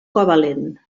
covalent